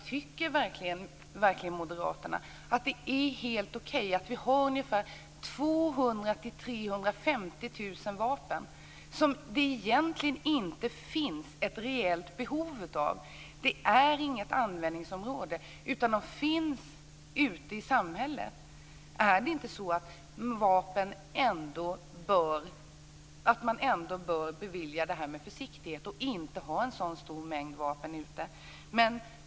Tycker verkligen Moderaterna att det är helt okej att vi har ungefär 200 000-350 000 vapen som det inte finns ett reellt behov av? Det finns inget användningsområde för dessa vapen som finns ute i samhället. Är det inte så att man bör bevilja detta med försiktighet och inte ha en så stor mängd vapen ute i samhället?